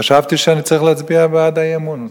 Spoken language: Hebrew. חשבתי שאני צריך להצביע בעד האי-אמון.